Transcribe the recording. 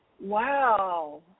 Wow